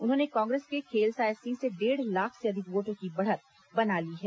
उन्होंने कांग्रेस के खेलसाय सिंह से डेढ़ लाख से अधिक वोटों से बढ़त बना ली है